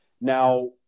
Now